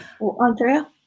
Andrea